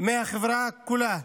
מהחברה כולה.